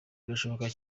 birashoboka